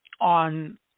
on –